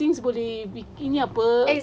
things boleh picking up apa